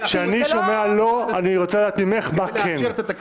כשאני שומע "לא", אני רוצה לדעת ממך מה "כן".